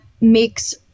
makes